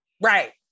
Right